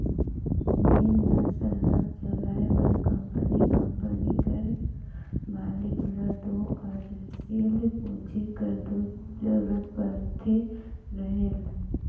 मील ल सरलग चलाए बर कंपनी कंपनी कर मालिक ल दो कारसील पूंजी कर दो जरूरत परते रहेल